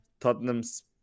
Tottenham's